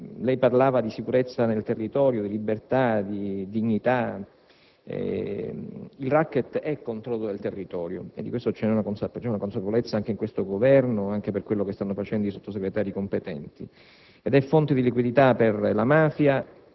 Lei parlava di sicurezza nel territorio, di libertà e di dignità; il racket è controllo del territorio - di questo c'è consapevolezza in questo Governo, anche per quello che stanno facendo i Sottosegretari competenti - ed è fonte di liquidità per la mafia,